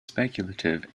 speculative